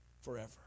forever